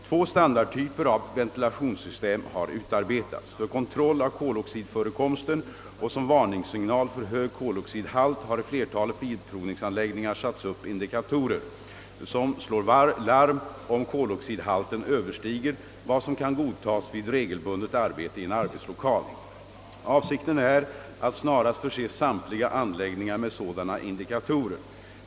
Två standardtyper av ventilationssystem har utarbetats. För kontroll av koloxidförekomsten och som varningssignal vid hög koloxidhalt har i flertalet bilprovningsanläggningar satts upp indikato rer, som slår larm om koloxidhalten överstiger vad som kan godtas vid regelbundet arbete i en arbetslokal. Avsikten är att snarast förse samtliga anläggningar med sådana indikatorer.